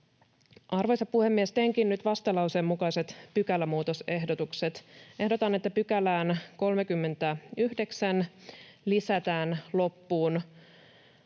Arvoisa puhemies! Teenkin nyt vastalauseen mukaiset pykälämuutosehdotukset. Ehdotan, että 39 §:ään lisätään loppuun